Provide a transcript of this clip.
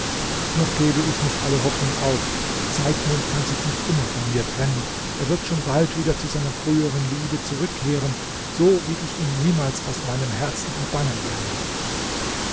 noch gebe ich nicht alle hoffnung auf zeitmond kann sich nicht immer von mir trennen er wird schon wieder zu seiner früheren liebe zurückkehren so wie ich ihn niemals aus meinem herzen verbannen werde